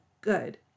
good